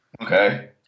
Okay